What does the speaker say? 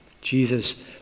Jesus